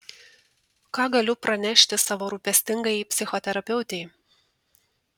ką galiu pranešti savo rūpestingajai psichoterapeutei